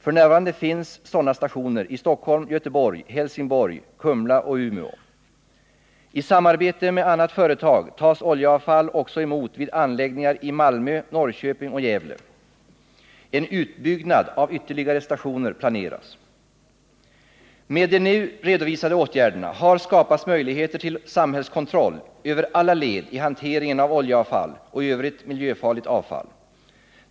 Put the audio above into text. F.n. finns sådana stationer i Stockholm, Göteborg, Helsingborg, Kumla och Umeå. I samarbete med annat företag tas oljeavfall också emot vid anläggningar i Malmö, Norrköping och Gävle. En utbyggnad av ytterligare stationer planeras. Med de nu redovisade åtgärderna har skapats möjligheter till samhällskontroll över alla led i hanteringen av oljeavfall och övrigt miljöfarligt avfall.